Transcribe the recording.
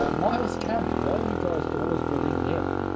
ah miles kemph, why are you guys always bullying neil?